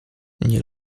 nie